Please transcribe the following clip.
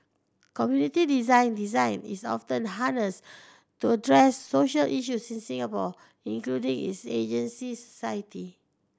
community design design is often harnessed to address social issues in Singapore including its agency society